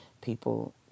people